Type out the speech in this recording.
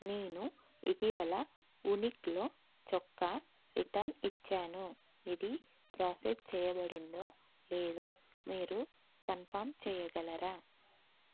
నేను ఇటీవల వునిక్లో చొక్కా రిటర్న్ ఇచ్చాను ఇది ప్రాసెస్ చేయబడిందో లేదో మీరు కన్ఫామ్ చేయగలరా